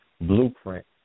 blueprint